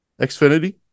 Xfinity